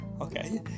Okay